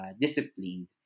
disciplined